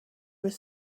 was